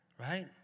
right